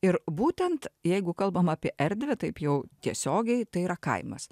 ir būtent jeigu kalbam apie erdvę taip jau tiesiogiai tai yra kaimas